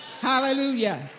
Hallelujah